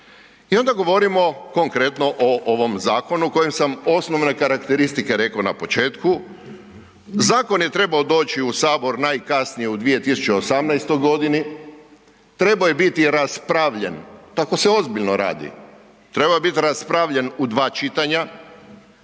I onda govorimo konkretno o ovom zakonu kojem sam osnovne karakteristike reko na početku. Zakon je trebao doći u sabor najkasnije u 2018.g., trebao je biti raspravljen, tako se ozbiljno radi, trebao je biti raspravljen u 2 čitanja,